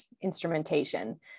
instrumentation